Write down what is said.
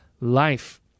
life